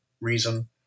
reason